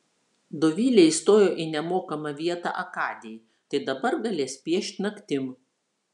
dovilė įstojo į nemokamą vietą akadėj tai dabar galės piešt naktim